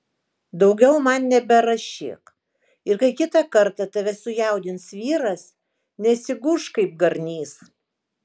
daugiau man neberašyk ir kai kitą kartą tave sujaudins vyras nesigūžk kaip garnys